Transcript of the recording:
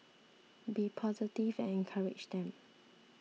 be positive and encourage them